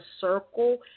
circle